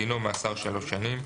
דינו - מאסר שלוש שנים,